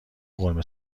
قرمه